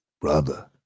brother